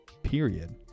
Period